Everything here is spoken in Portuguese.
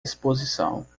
exposição